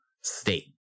state